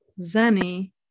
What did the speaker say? zenny